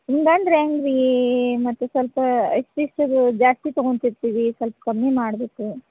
ಹಿಂಗೆ ಅಂದ್ರೆ ಹೆಂಗೆ ರೀ ಮತ್ತೆ ಸ್ವಲ್ಪ ಅಷ್ಟು ಇಷ್ಟು ಜಾಸ್ತಿ ತೊಗೊಳ್ತಿರ್ತೀವಿ ಸ್ವಲ್ಪ ಕಮ್ಮಿ ಮಾಡ್ಬೇಕು